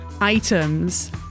items